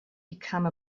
become